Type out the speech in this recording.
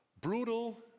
brutal